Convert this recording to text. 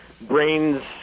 brains